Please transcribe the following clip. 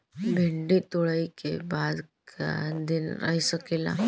भिन्डी तुड़ायी के बाद क दिन रही सकेला?